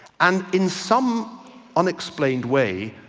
and in some unexplained way,